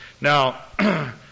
Now